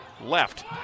left